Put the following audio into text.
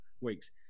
weeks